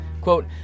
Quote